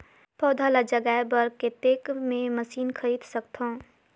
पौधा ल जगाय बर कतेक मे मशीन खरीद सकथव?